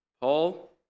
Paul